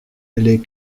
les